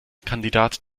kandidat